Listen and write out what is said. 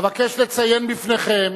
אבקש לציין בפניכם